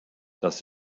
das